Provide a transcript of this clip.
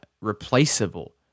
replaceable